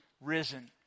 risen